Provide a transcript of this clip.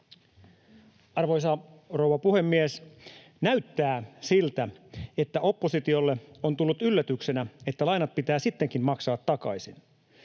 Arvoisa rouva puhemies! Näyttää siltä, että oppositiolle on tullut yllätyksenä, että lainat pitää sittenkin maksaa takaisin,